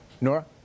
Nora